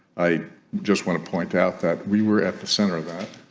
i just want to point out that we were at the center of that